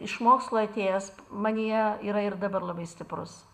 iš mokslo atėjęs manyje yra ir dabar labai stiprus